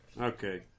Okay